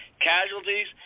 casualties